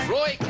Roy